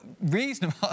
reasonable